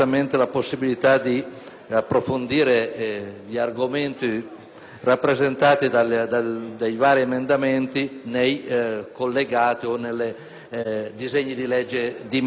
rappresentati dai vari emendamenti nei collegati o nei disegni di legge di merito specifico.